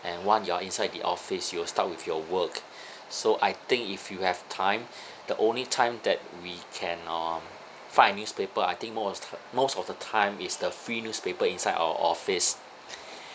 and once you are inside the office you will start with your work so I think if you have time the only time that we can um find a newspaper I think most most of the time is the free newspaper inside our office